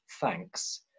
thanks